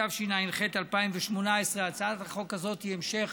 התשע"ח 2018. הצעת החוק הזאת היא המשך